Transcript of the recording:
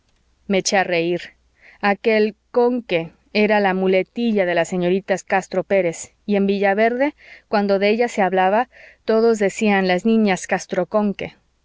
me eché a reír aquel conque era la muletilla de las señoritas castro pérez y en villaverde cuando de ellas se hablaba todos decían las niñas castro conque de qué